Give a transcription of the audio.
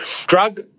Drug